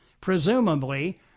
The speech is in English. Presumably